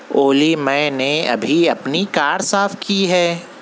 اولی میں نے ابھی اپنی کار صاف کی ہے